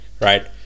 Right